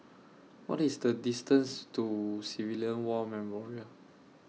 What IS The distance to Civilian War Memorial